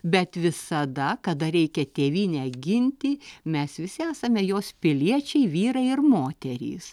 bet visada kada reikia tėvynę ginti mes visi esame jos piliečiai vyrai ir moterys